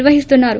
నిర్వహిస్తున్నారు